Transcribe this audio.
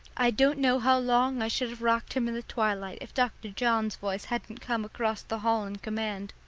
i don't know how long i should have rocked him in the twilight if dr. john's voice hadn't come across the hall in command.